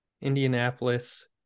Indianapolis